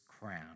crown